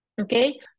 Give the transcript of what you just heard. okay